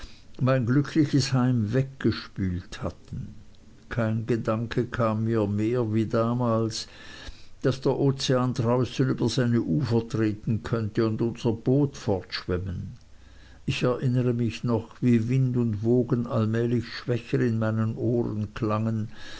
mein glückliches heim weggespült hatten kein gedanke kam mir mehr wie damals daß der ozean draußen über seine ufer treten könnte und unser boot fortschwemmen ich erinnere mich noch wie wind und wogen allmählich schwächer in meinen ohren klangen